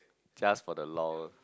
just for the lol